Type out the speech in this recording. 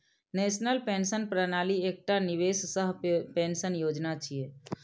national pension प्रणाली एकटा निवेश सह पेंशन योजना छियै